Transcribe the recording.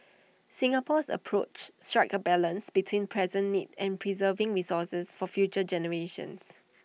Singapore's approach strikes A balance between present needs and preserving resources for future generations